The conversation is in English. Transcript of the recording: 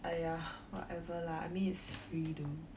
!aiya! whatever lah I mean it's freedom